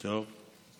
טוב.